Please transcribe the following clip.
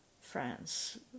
France